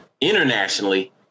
internationally